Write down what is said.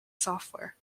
software